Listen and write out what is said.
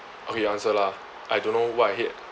okay you answer lah I don't know what I hate